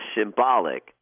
symbolic